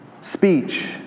speech